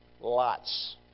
Lots